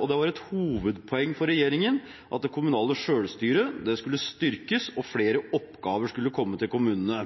og det var et hovedpoeng for regjeringen at det kommunale selvstyret skulle styrkes, og flere oppgaver skulle komme til kommunene.